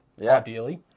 ideally